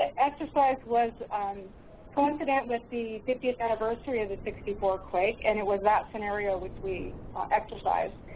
exercise was coincident with the fiftieth anniversary of the sixty four earthquake and it was that scenario which we exercised.